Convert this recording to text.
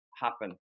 happen